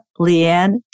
Leanne